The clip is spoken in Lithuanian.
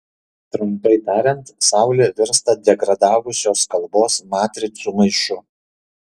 trumpai tariant saulė virsta degradavusios kalbos matricų maišu